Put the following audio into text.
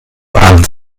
als